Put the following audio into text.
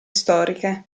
storiche